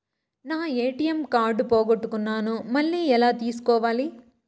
నా ATM card పోగొట్టుకున్నాను, మళ్ళీ ఎలా తీసుకోవాలి?